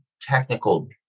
technical